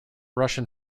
russian